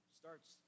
starts